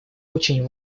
очень